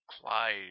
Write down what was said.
Clyde